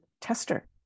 tester